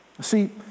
See